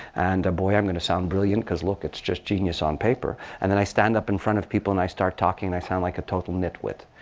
and boy, i'm going to sound brilliant. because, look, it's just genius on paper. and then i stand up in front of people, and i start talking. i sound like a total nitwit.